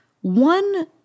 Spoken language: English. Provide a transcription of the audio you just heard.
One